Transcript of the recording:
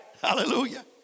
Hallelujah